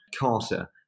Carter